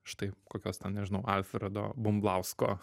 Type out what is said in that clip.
štai kokios ten nežinau alfredo bumblausko